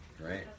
right